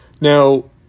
Now